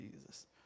Jesus